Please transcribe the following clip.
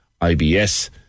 IBS